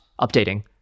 updating